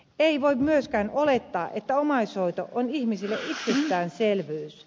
ei voi myöskään olettaa että omaishoito on ihmisille itsestäänselvyys